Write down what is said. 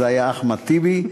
זה היה אחמד טיבי,